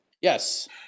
Yes